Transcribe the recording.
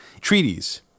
treaties